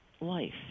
life